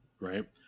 right